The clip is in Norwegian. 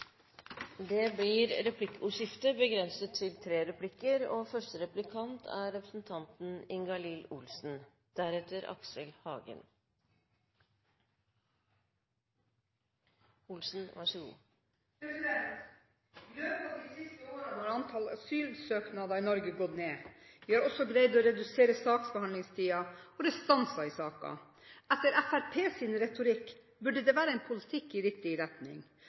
Det blir replikkordskifte. I løpet av de siste årene har antallet asylsøknader i Norge gått ned. Vi har også greid å redusere saksbehandlingstid og restanse i saker, og etter Fremskrittspartiets retorikk burde det være en politikk i riktig retning.